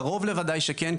קרוב לוודאי שכן,